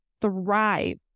thrive